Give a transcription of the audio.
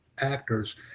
actors